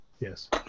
Yes